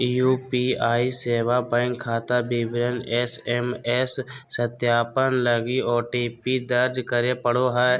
UPI सेवा bank खाता विवरण एस.एम.एस सत्यापन लगी ओ.टी.पी दर्ज करे पड़ो हइ